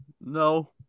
no